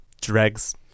dregs